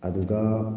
ꯑꯗꯨꯒ